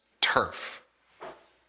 turf